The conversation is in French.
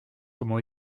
comment